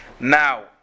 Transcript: Now